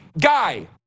guy